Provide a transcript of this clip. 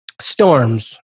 storms